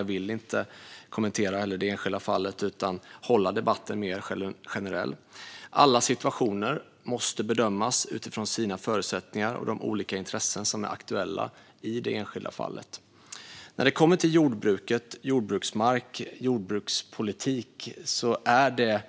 Jag vill heller inte kommentera det enskilda fallet utan hålla debatten mer generell. Alla situationer måste bedömas utifrån sina förutsättningar och de olika intressen som är aktuella i det enskilda fallet. När det gäller jordbruket, jordbruksmark och jordbrukspolitik, är det